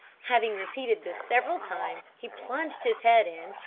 having repeated this several times he plunged his head in,